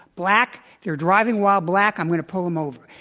black. they're driving while black. i'm going to pull them over.